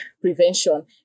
prevention